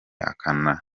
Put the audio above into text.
akana